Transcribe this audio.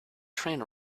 train